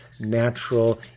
natural